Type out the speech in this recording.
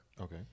okay